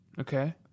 Okay